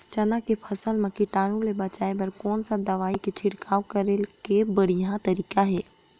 चाना के फसल मा कीटाणु ले बचाय बर कोन सा दवाई के छिड़काव करे के बढ़िया तरीका हे?